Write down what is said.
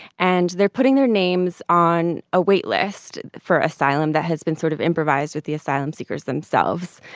and they're putting their names on a wait list for asylum that has been sort of improvised with the asylum-seekers themselves.